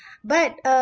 but uh